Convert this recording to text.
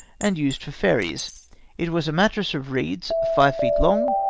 and used for ferries it was a mattress of reeds, five feet long,